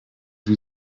wie